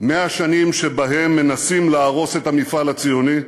100 שנים שבהן מנסים להרוס את המפעל הציוני,